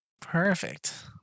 Perfect